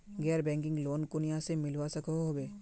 गैर banking loan कुनियाँ से मिलवा सकोहो होबे?